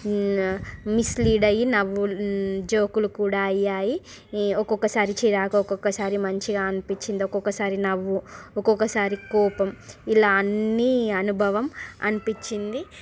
mislead అయి నవ్వు జోకులు కూడా అయ్యాయి ఒక్కొక్కసారి చిరాకు ఒక్కొక్కసారి మంచిగా అనిపించింది ఒక్కొక్కసారి నవ్వు ఒక్కొక్కసారి కోపం ఇలా అన్నీ అనుభవం అనిపించింది